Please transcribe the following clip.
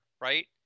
right